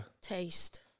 taste